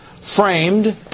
framed